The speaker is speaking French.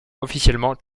officiellement